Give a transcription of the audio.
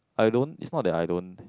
I don't is not that I don't